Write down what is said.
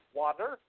water